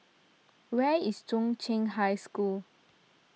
where is Zhong Qing High School